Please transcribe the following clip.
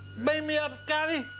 me me up, scotty!